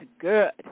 good